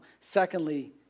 Secondly